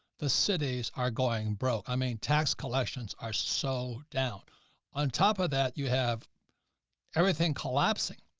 the cities are going broke. i mean, tax collections are so down on top of that, you have everything collapsing,